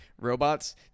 robots